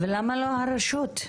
למה לא הרשות?